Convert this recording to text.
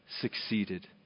succeeded